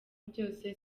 byose